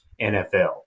NFL